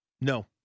No